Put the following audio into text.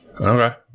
Okay